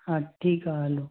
हा ठीकु आहे हलो